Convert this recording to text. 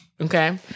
Okay